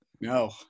No